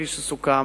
כפי שסוכם,